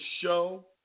show